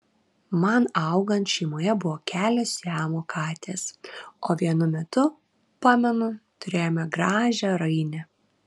man augant šeimoje buvo kelios siamo katės o vienu metu pamenu turėjome gražią rainę